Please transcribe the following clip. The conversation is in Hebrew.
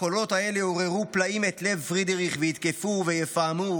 הקולות האלה עוררו פלאים את לב פרידריך ויתקפוהו ויפעמוהו,